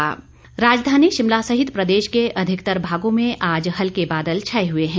मौसम राजधानी शिमला सहित प्रदेश के अधिकतर भागों में आज हल्के बादल छाए हए हैं